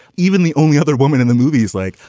even the only other woman in the movie is like,